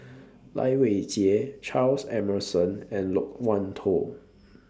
Lai Weijie Charles Emmerson and Loke Wan Tho